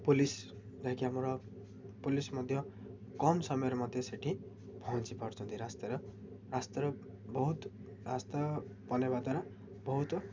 police ଯାଇକି ଆମର police ମଧ୍ୟ କମ୍ ସମୟରେ ମଧ୍ୟ ସେଇଠି ପହଞ୍ଚି ପାରୁଛନ୍ତି ରାସ୍ତାର ରାସ୍ତାର ବହୁତ ରାସ୍ତା ବନାଇବା ଦ୍ୱାରା ବହୁତ